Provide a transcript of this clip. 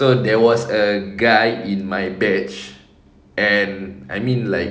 so there was a guy in my batch and I mean like